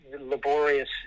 laborious